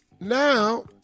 Now